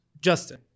Justin